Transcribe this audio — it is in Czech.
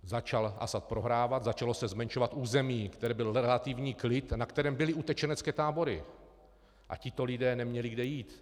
Začal Asad prohrávat, začalo se zmenšovat území, na kterém byl relativní klid a na kterém byly utečenecké tábory, a tito lidé neměli kam jít.